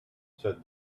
said